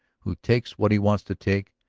who takes what he wants to take,